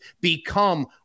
become